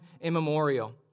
immemorial